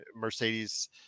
Mercedes